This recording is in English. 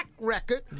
record